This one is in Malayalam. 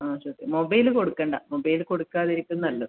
ആ ചോദിക്കാം മൊബൈല് കൊടുക്കണ്ട മൊബൈല് കൊടുക്കാതിരിക്കും നല്ലത്